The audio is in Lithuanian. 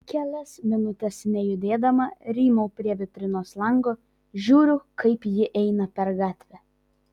kelias minutes nejudėdama rymau prie vitrinos lango žiūriu kaip ji eina per gatvę